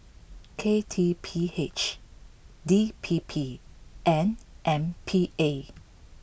K T P H D P P and M P A